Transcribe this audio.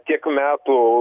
tiek metų